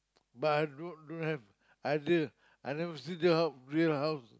but I don't have I never I never see the real house